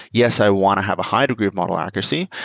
yes, i want to have high-degree of model accuracy,